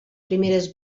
primeres